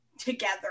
Together